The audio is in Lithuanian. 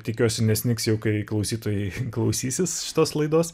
tikiuosi nesnigs jau kai klausytojai klausysis šitos laidos